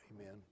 Amen